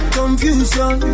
confusion